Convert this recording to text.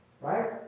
right